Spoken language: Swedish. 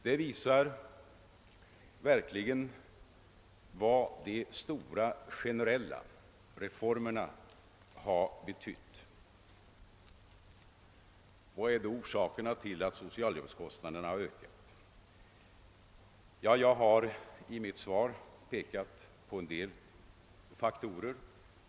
Det visar verkligen vad de stora generella reformerna har betytt. Vad är då orsakerna till att socialhjälpskostnaderna har ökat? Jag har i mitt svar pekat på en del faktorer.